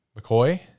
McCoy